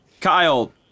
Kyle